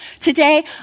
today